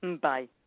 Bye